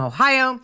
Ohio